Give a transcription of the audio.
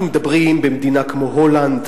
אנחנו מדברים במדינה כמו הולנד,